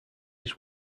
his